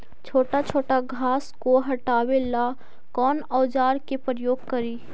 छोटा छोटा घास को हटाबे ला कौन औजार के प्रयोग करि?